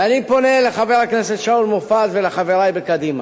ואני פונה אל חבר הכנסת שאול מופז ואל חברי בקדימה.